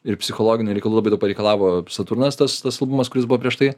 ir psichologinių reikalų bet jau pareikalavo saturnas tas tas albumas kuris buvo prieš tai